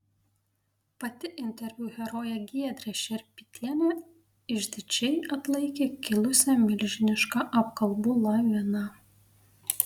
pati interviu herojė giedrė šerpytienė išdidžiai atlaikė kilusią milžinišką apkalbų laviną